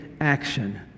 action